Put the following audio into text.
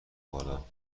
بالا